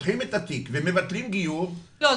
פותחים את התיק ומבטלים גיור -- לא,